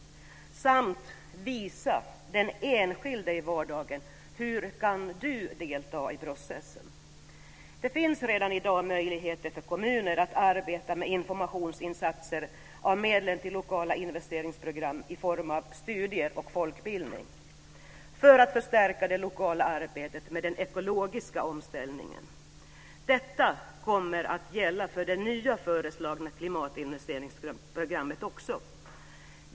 Dessutom gäller det att visa den enskilde i vardagen hur man kan delta i processen. Det finns redan i dag möjligheter för kommuner att arbeta med informationsinsatser genom medlen till lokala investeringsprogram. Detta kan ske i form av studier och folkbildning för att förstärka det lokala arbetet med den ekologiska omställningen. Detta kommer också att gälla för det nya föreslagna klimatinvesteringsprogrammet.